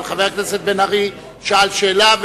אבל חבר הכנסת בן-ארי שאל שאלה,